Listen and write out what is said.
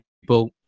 people